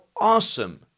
awesome